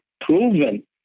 proven